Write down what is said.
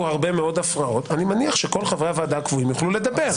הרבה מאוד הפרעות אני מניח שכל חברי הוועדה הקבועים יוכלו לדבר.